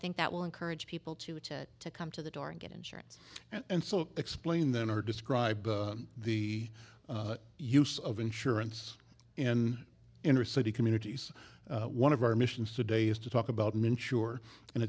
think that will encourage people to to to come to the door and get insurance and so explain then or describe the use of insurance in inner city communities one of our missions today is to talk about men sure and